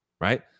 right